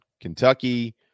Kentucky